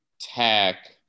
tech